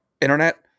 internet